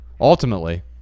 Ultimately